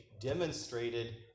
demonstrated